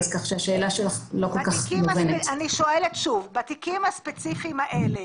אני שואלת שוב בתיקים הספציפיים האלה